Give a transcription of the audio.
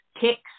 kicks